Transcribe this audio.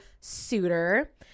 suitor